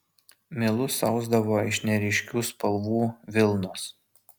milus ausdavo iš neryškių spalvų vilnos